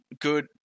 good